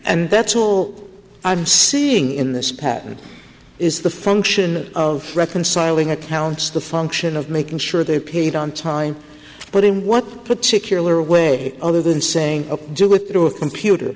and that's all i'm seeing in this patent is the function of reconciling accounts the function of making sure they paid on time but in what particular way other than saying a deal with the a computer